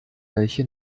welche